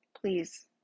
please